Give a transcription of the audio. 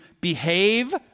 behave